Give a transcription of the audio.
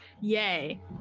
Yay